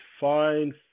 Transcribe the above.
fine